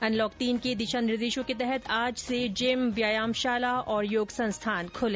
unlock तीन के दिशा निर्देशों के तहत आज से जिम व्यायामशाला और योग संस्थान खुले